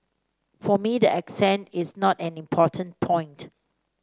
for me the accent is not an important point